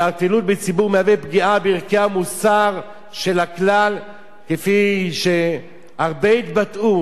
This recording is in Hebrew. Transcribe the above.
התערטלות בציבור מהווה פגיעה בערכי המוסר של הכלל כפי שהרבה התבטאו,